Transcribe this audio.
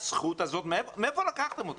מאיפה לקחתם את